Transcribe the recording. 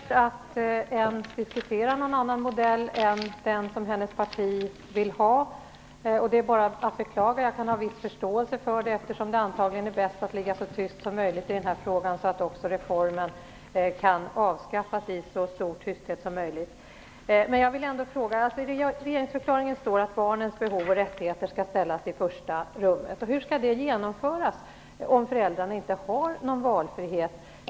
Fru talman! Anna Hedborg vägrar att ens diskutera någon annan modell än den som hennes parti vill ha. Det är bara att beklaga. Men jag kan ha viss förståelse för det, eftersom det antagligen är bäst att ligga så tyst som möjligt i denna fråga, så att reformen kan avskaffas i så stor tysthet som möjligt. I regeringsförklaringen står att barnens behov och rättigheter skall ställas i första rummet. Men hur skall det genomföras om föräldrarna inte har någon valfrihet?